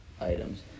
items